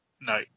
no